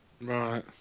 Right